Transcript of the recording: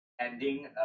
ending